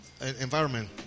environment